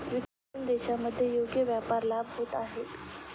विकसनशील देशांमध्ये योग्य व्यापार लाभ होत आहेत